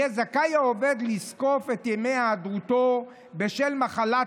יהיה זכאי העובד לזקוף את ימי היעדרותו בשל מחלת